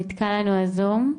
בזום.